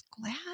glad